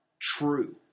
true